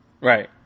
Right